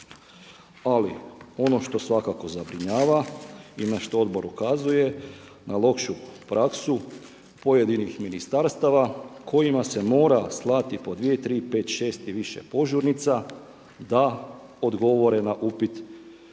Ali ono što svakako zabrinjava i na što odbor ukazuje na lošu praksu pojedinih ministarstava kojima se mora slati po 2, 3, 5, 6 i više požurnica da odgovore na upit saborskog